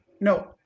no